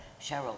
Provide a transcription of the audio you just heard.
Cheryl